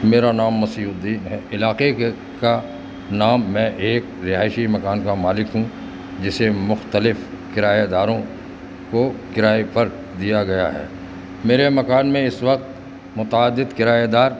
میرا نام مسیح الدین ہے علاقے کے کا نام میں ایک رہائشی مکان کا مالک ہوں جسے مختلف کرایہ داروں کو کرائے پر دیا گیا ہے میرے مکان میں اس وقت متعدد کرایہ دار